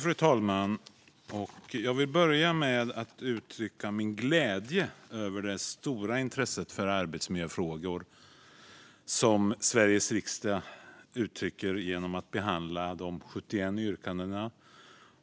Fru talman! Jag vill börja med att uttrycka min glädje över det stora intresse för arbetsmiljöfrågor som Sveriges riksdag uttrycker genom att behandla de 71 reservationerna